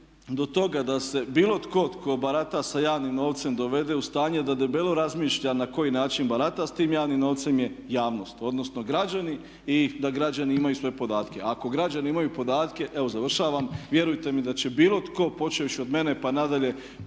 do toga da se bilo tko tko barata sa javnim novcem dovede u stanje da debelo razmišlja na koji način barata s tim javnim novcem je javnost odnosno građani i da građani imaju sve podatke. Ako građani imaju podatke, evo završavam, vjerujte mi da će bilo tko počevši od mene pa nadalje